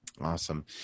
Awesome